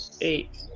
Eight